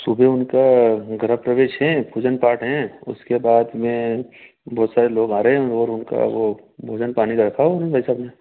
सुबह उनका गृह प्रवेश है पूजा पाठ है उसके बाद मैं बहुत सारे लोग आ रहे हैं और उनका वह भोजन पानी रखा हो भाई साहब ने